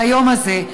ביום הזה,